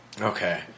Okay